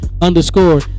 underscore